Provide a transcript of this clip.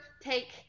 take